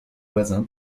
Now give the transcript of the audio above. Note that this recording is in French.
voisin